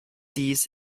dies